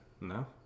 No